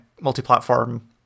multi-platform